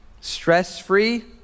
stress-free